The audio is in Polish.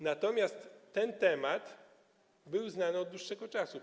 Natomiast ten temat był znany od dłuższego czasu.